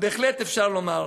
אבל בהחלט אפשר לומר